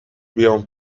بیام